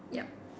yup